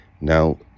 Now